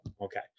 Okay